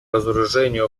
разоружению